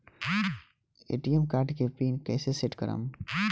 ATM card के PIN कैसे set करम?